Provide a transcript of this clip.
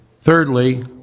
thirdly